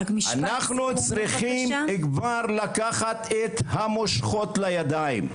אנחנו צריכים כבר לקחת את המושכות לידיים,